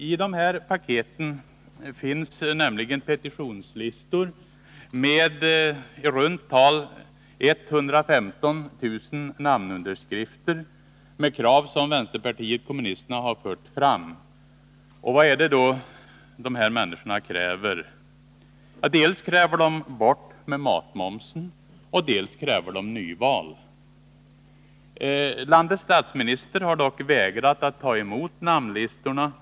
I dessa paket finns petitionslistor med i runt tal 115 000 namnundetskrifter med krav som vänsterpartiet kommunisterna fört fram. Vad kräver då dessa människor? Dels kräver de bort med matmomsen. Dels kräver de nyval. Landets statsminister har dock vägrat att ta emot namnlistorna.